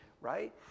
right